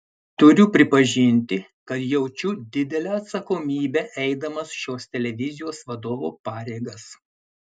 turiu pripažinti kad jaučiu didelę atsakomybę eidamas šios televizijos vadovo pareigas